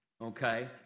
okay